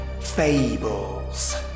fables